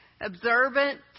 observant